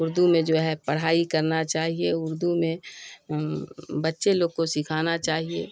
اردو میں جو ہے پڑھائی کرنا چاہیے اردو میں بچے لوگ کو سکھانا چاہیے